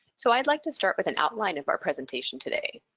so i'd like to start with an outline of our presentation today.